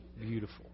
beautiful